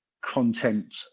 content